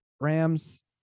Rams